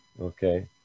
Okay